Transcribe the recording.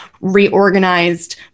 reorganized